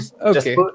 Okay